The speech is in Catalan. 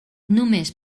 només